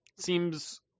seems